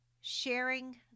sharing